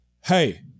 hey